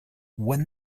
when